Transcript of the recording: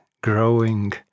growing